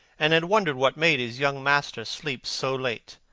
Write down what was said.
and had wondered what made his young master sleep so late.